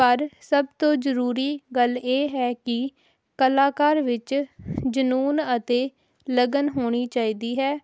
ਪਰ ਸਭ ਤੋਂ ਜ਼ਰੂਰੀ ਗੱਲ ਇਹ ਹੈ ਕਿ ਕਲਾਕਾਰ ਵਿੱਚ ਜਨੂੰਨ ਅਤੇ ਲਗਨ ਹੋਣੀ ਚਾਹੀਦੀ ਹੈ